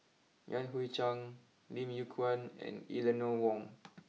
Yan Hui Chang Lim Yew Kuan and Eleanor Wong